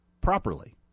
properly